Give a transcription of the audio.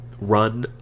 run